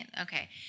Okay